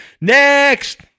Next